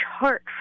heart